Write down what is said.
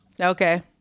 Okay